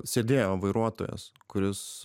sėdėjo vairuotojas kuris